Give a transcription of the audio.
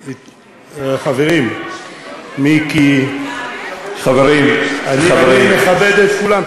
חברים, מיקי, אני מכבד את כולם.